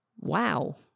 wow